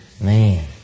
man